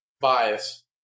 bias